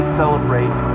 celebrate